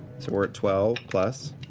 we're at twelve plus